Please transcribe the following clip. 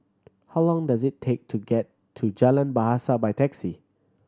how long does it take to get to Jalan Bahasa by taxi